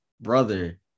brother